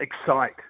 excite